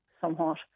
somewhat